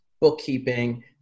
bookkeeping